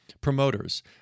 Promoters